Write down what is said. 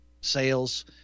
sales